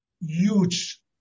huge